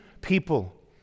people